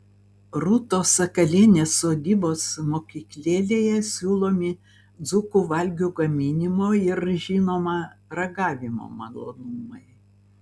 rūtos sakalienės sodybos mokyklėlėje siūlomi dzūkų valgių gaminimo ir žinoma ragavimo malonumai